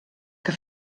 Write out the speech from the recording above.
que